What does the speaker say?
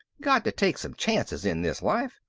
got to take some chances in this life.